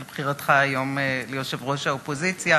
על בחירתך היום ליושב-ראש האופוזיציה.